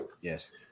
Yes